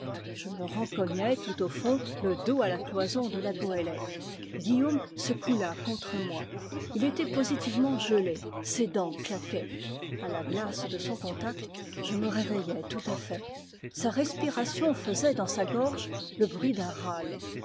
je me rencognai tout au fond le dos à la cloison de la goélette guillaume se coula contre moi il était positivement gelé ses dents claquaient a la glace de son contact je me réveillai tout à fait sa respiration faisait dans sa gorge le bruit d'un râle